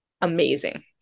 amazing